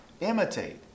imitate